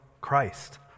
Christ